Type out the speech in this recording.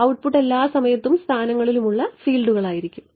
output എല്ലാ സമയത്തും സ്ഥാനങ്ങളിലുമുള്ള ഫീൽഡുകളായിരിക്കും